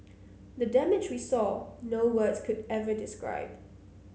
the damage we saw no words could ever describe